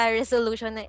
resolution